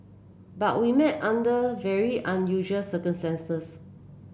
but we met under very unusual circumstances